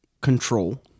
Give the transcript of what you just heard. control